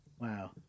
Wow